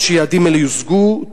ככל שיעדים אלה יושגו,